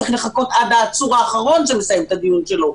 צריך לחכות עד העצור האחרון מסיים את הדיון שלו,